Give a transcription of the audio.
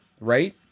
right